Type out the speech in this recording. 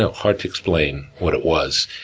hard to explain what it was.